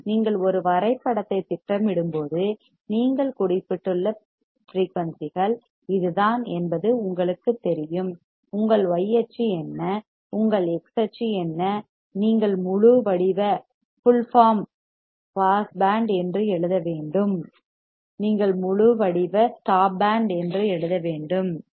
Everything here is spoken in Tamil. நீங்கள் ஒரு வரைபடத்தைத் திட்டமிடும்போது நீங்கள் குறிப்பிட்டுள்ள ஃபிரீயூன்சிகள் இதுதான் என்பது உங்களுக்குத் தெரியும் உங்கள் y அச்சு என்ன உங்கள் x அச்சு என்ன நீங்கள் முழு வடிவ ஃபுல் ஃபாம் பாஸ் பேண்ட் என்று எழுத வேண்டும் நீங்கள் முழு வடிவ ஃபுல் ஃபாம் ஸ்டாப் பேண்ட் என்று எழுத வேண்டும் சரி